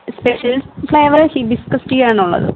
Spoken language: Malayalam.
സ്പെഷ്യൽ ചായ പറഞ്ഞാൽ ഹിബിസ്ക്സ് ടീ ആണുള്ളത്